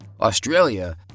Australia